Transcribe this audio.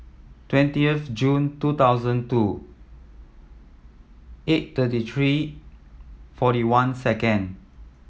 twentieth June two thousand two eight thirty three forty one second